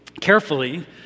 carefully